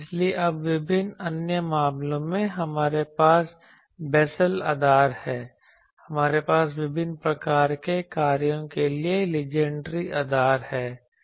इसलिए अब विभिन्न अन्य मामलों में हमारे पास बेसेल आधार है हमारे पास विभिन्न प्रकार के कार्यों के लिए लीजेंडरी आधार है